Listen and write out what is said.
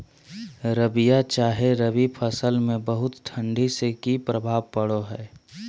रबिया चाहे रवि फसल में बहुत ठंडी से की प्रभाव पड़ो है?